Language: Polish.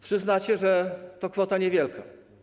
Przyznacie, że to kwota niewielka.